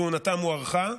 כהונתם הוארכה,